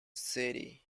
city